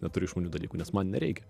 neturiu išmanių dalykų nes man nereikia